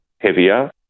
heavier